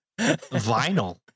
Vinyl